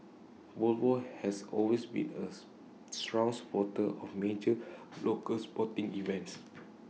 Volvo has always been as strong supporter of major local sporting events